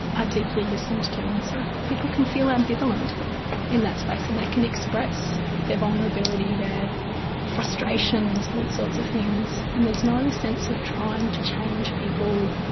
are deeply listened to. and so people can feel ambivalent in that space and they can express their vulnerability, their frustrations, all sorts of things, and there's no sense of trying to change people,